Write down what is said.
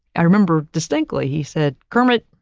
i remember distinctly, he said, kermit.